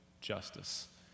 justice